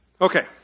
Okay